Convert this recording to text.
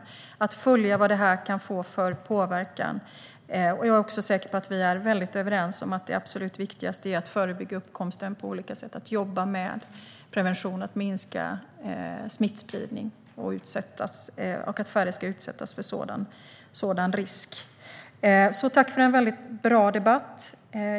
Vi får följa vad detta får för påverkan. Jag är också säker på att vi är helt överens om att det viktigaste är att förebygga uppkomsten på olika sätt - att jobba med prevention och minska smittspridningen, så att färre utsätts. Tack för en väldigt bra debatt!